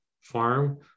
farm